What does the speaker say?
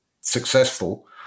successful